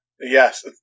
Yes